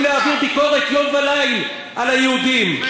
להעביר ביקורת יום וליל על היהודים?